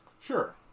Sure